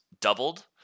doubled